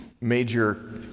major